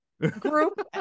group